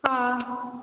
हाँ